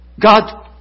God